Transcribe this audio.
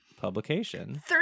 publication